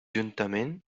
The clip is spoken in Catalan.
juntament